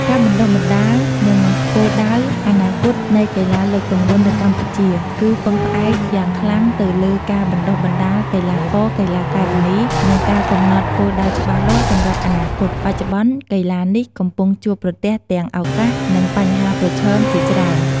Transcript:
ការបណ្តុះបណ្តាល និងគោលដៅអនាគតនៃកីឡាលើកទម្ងន់នៅកម្ពុជា គឺពឹងផ្អែកយ៉ាងខ្លាំងទៅលើការបណ្តុះបណ្តាលកីឡាករ-កីឡាការិនី និងការកំណត់គោលដៅច្បាស់លាស់សម្រាប់អនាគត។ បច្ចុប្បន្ន កីឡានេះកំពុងជួបប្រទះទាំងឱកាស និងបញ្ហាប្រឈមជាច្រើន។